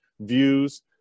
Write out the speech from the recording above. views